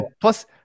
Plus